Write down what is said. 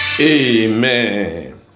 Amen